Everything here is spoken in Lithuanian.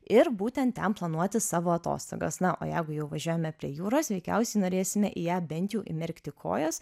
ir būtent ten planuoti savo atostogas na o jeigu jau važiuojame prie jūros veikiausiai norėsime į ją bent jau įmerkti kojas